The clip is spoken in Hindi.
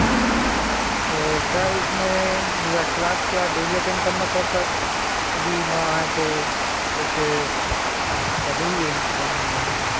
अच्छा और सर इसमें या क्लास क्या डेली अटेंड करना पड़ता है कभी ना आएँ तो कुछ बने हुए निका नियम उयम